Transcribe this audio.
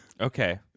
Okay